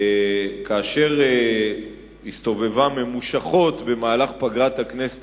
כאשר הסתובבה ממושכות במהלך פגרת הכנסת